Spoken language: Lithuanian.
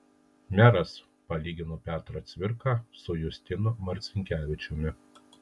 meras palygino petrą cvirką su justinu marcinkevičiumi